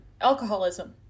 Alcoholism